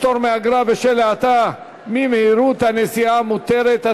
פטור מאגרה בשל האטה ממהירות הנסיעה המותרת),